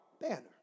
banner